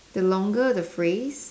the longer the phrase